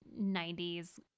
90s